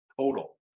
total